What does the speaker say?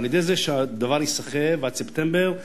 על-ידי זה שהדבר ייסחב עד ספטמבר,